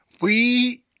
We-